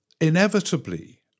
Inevitably